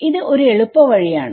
ഇത് ഒരു എളുപ്പവഴിയാണ്